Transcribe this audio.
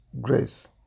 grace